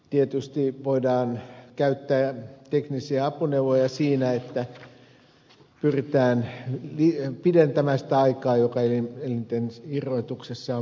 tietysti voidaan käyttää teknisiä apuneuvoja siinä että pyritään pidentämään sitä aikaa joka elinten irrotuksessa on mahdollista